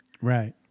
Right